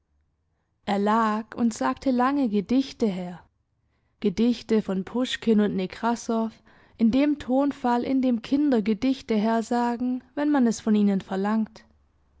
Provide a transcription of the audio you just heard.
er lag und sagte lange gedichte her gedichte von puschkin und nekrassow in dem tonfall in dem kinder gedichte hersagen wenn man es von ihnen verlangt